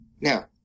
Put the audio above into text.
now